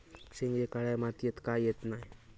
शेंगे काळ्या मातीयेत का येत नाय?